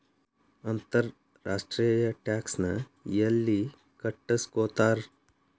ಅಂತರ್ ರಾಷ್ಟ್ರೇಯ ಟ್ಯಾಕ್ಸ್ ನ ಯೆಲ್ಲಿ ಕಟ್ಟಸ್ಕೊತಾರ್?